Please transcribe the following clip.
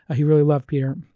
he really loved peter.